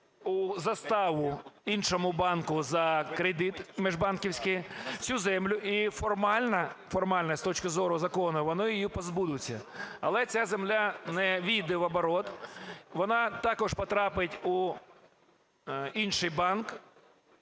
у заставу іншому банку за кредит міжбанківський цю землю і формально, з точки зору закону, вони її позбудуться. Але ця земля не ввійде в оборот, вона також потрапить у інший банк,